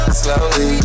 slowly